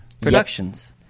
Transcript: productions